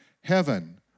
heaven